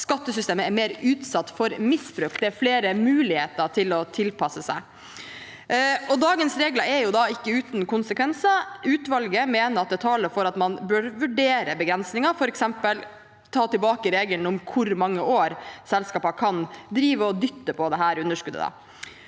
skattesystemet er mer utsatt for misbruk. Det er flere muligheter for å tilpasse seg. Dagens regler er da ikke uten konsekvenser. Utvalget mener at det taler for at man burde vurdere begrensninger, f.eks. ved å ta tilbake regelen om hvor mange år selskaper kan drive og dytte på dette underskuddet.